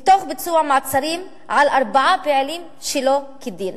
ותוך ביצוע מעצרים של ארבעה פעילים שלא כדין.